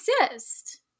exist